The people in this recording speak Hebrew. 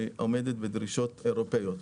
שעומדת בדרישות אירופאיות.